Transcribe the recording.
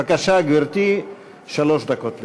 בבקשה, גברתי, שלוש דקות לרשותך.